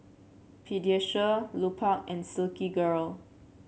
Pediasure Lupark and Silkygirl